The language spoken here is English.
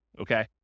okay